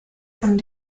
von